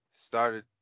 started